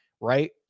right